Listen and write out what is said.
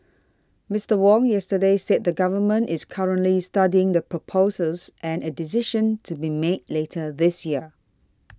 Mister Wong yesterday said the Government is currently studying the proposals and a decision to be made later this year